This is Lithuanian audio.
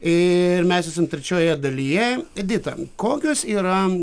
ir mes esam trečioje dalyje edita kokios yra